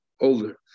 older